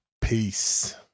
Peace